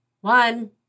One